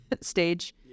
stage